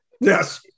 Yes